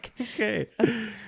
okay